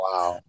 Wow